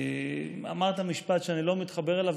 אמרת משפט שאני לא מתחבר אליו,